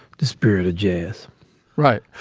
the spirit of jazz right.